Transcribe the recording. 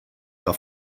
que